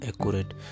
accurate